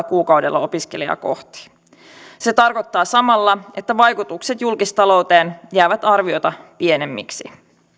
kuukaudella opiskelijaa kohti se tarkoittaa samalla että vaikutukset julkistalouteen jäävät arviota pienemmiksi